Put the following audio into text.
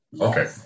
Okay